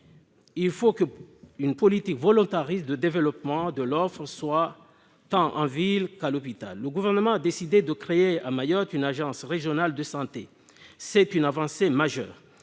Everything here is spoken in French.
Il faut une politique volontariste de développement de l'offre, tant en ville qu'à l'hôpital. Le Gouvernement a décidé de créer à Mayotte une agence régionale de santé. C'est une avancée majeure.